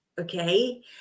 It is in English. okay